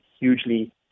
hugely